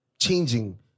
changing